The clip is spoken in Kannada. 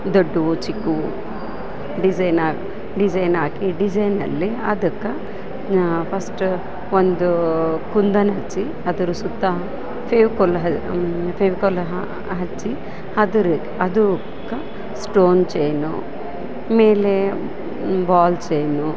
ದೊಡ್ಡವು ಚಿಕ್ಕವು ಡಿಸೈನಾಕಿ ಡಿಸೈನಾಕಿ ಡಿಸೈನಲ್ಲಿ ಅದಕ್ಕೆ ಫಸ್ಟ ಒಂದು ಕುಂದನ್ ಹಚ್ಚಿ ಅದರ ಸುತ್ತ ಫೇವ್ಕಾಲ್ ಫೆವ್ಕಾಲ್ ಹಚ್ಚಿ ಅದ್ರ ಅದು ಕ್ಕ ಸ್ಟೋನ್ ಚೈನು ಮೇಲೆ ಬಾಲ್ ಚೈನು